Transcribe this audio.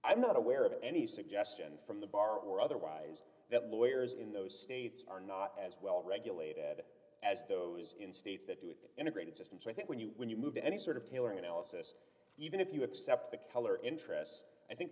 i'm not aware of any suggestion from the bar or otherwise that lawyers in those states are not as well regulated as those in states that do it integrated system so i think when you when you move to any sort of tailoring analysis even if you accept the color interests i think